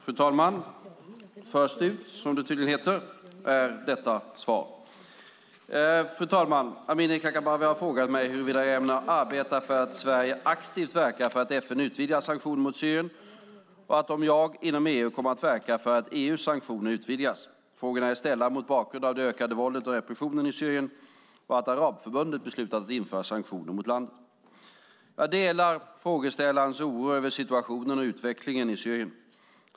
Fru talman! Amineh Kakabaveh har frågat mig huruvida jag ämnar arbeta för att Sverige aktivt verkar för att FN utvidgar sanktionerna mot Syrien och om jag, inom EU, kommer att verka för att EU:s sanktioner utvidgas. Frågorna är ställda mot bakgrund av det ökade våldet och repressionen i Syrien och att Arabförbundet beslutat om att införa sanktioner mot landet. Jag delar frågeställarens oro över situationen och utvecklingen i Syrien.